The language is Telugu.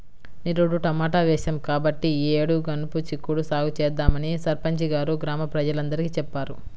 నిరుడు టమాటా వేశాం కాబట్టి ఈ యేడు గనుపు చిక్కుడు సాగు చేద్దామని సర్పంచి గారు గ్రామ ప్రజలందరికీ చెప్పారు